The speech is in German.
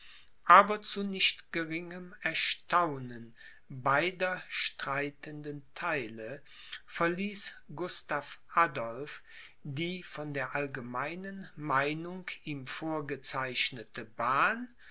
aber zu nicht geringem erstaunen beider streitenden theile verließ gustav adolph die von der allgemeinen meinung ihm vorgezeichnete bahn